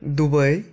Dubai